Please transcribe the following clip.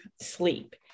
sleep